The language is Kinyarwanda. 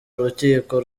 urukiko